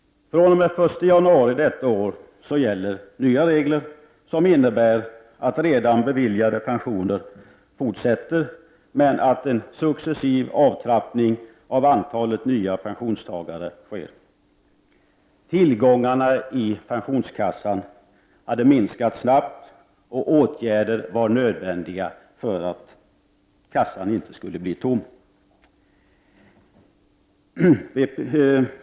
fr.o.m. den 1 januari detta år gäller nya regler som innebär att man fortsätter att betala ut redan beviljade pensioner men att det sker en successiv avtrappning av antalet nya pensionstagare. Tillgångarna i pensionskassan hade minskat snabbt, och det var nödvändigt att vidta åtgärder för att kassan inte skulle bli tom.